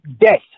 Death